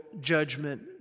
judgment